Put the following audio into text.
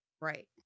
Right